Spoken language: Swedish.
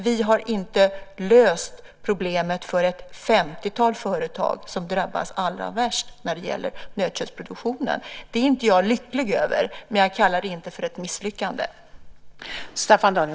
Vi har inte löst problemet för ett 50-tal företag som drabbas allra värst när det gäller nötköttsproduktionen. Det är jag inte lycklig över, men jag kallar det inte för ett misslyckande.